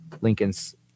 Lincoln's